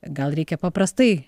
gal reikia paprastai